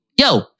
Yo